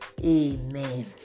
amen